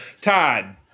todd